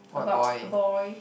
about a boy